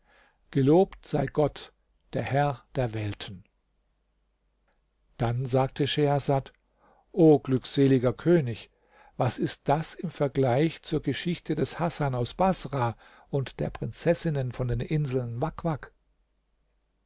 gelobt sei gott der herr der welten dann sagte schehersad o glückseliger könig was ist das im vergleich zur geschichte des hasan aus baßrah und der prinzessinnen von den inseln